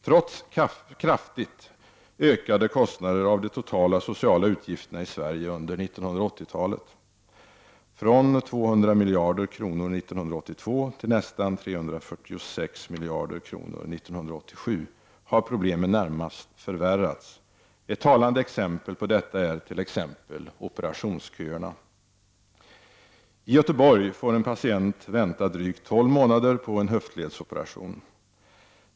Trots kraftigt ökade kostnader — de totala sociala utgifterna i Sverige ökade under 1980-talet från 200 miljarder kronor 1982 till nästan 346 miljarder kronor 1987 — har problemen närmast förvärrats. Ett talande exempel på detta är t.ex. operationsköerna. I Göteborg får en patient vänta drygt 12 månader på en höftledsoperation.